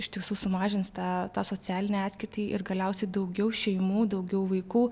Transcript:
iš tiesų sumažins tą tą socialinę atskirtį ir galiausiai daugiau šeimų daugiau vaikų